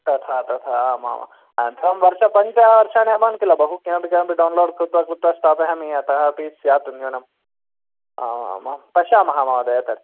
तथा तथा आमाम् अनन्तरं वर्षपञ्चवर्षाणि अमान् किल बहु किमपि किमपि डौन्लोड् कृत्वा कृत्वा स्थापयामि अतः अपि स्यात् न्यूनम् आमामामां पश्यामः महोदय तर्